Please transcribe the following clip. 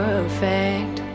Perfect